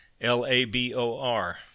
L-A-B-O-R